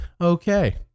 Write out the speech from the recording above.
Okay